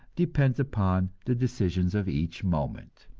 depends upon the decisions of each moment.